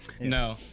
No